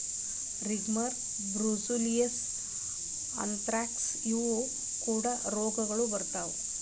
ringworm, brucellosis, anthrax ಇವು ಕೂಡಾ ರೋಗಗಳು ಬರತಾ